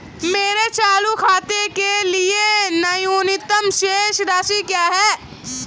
मेरे चालू खाते के लिए न्यूनतम शेष राशि क्या है?